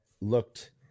looked